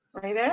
right there.